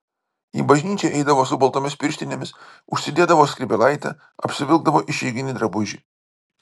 į bažnyčią eidavo su baltomis pirštinėmis užsidėdavo skrybėlaitę apsivilkdavo išeiginį drabužį